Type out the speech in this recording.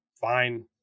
fine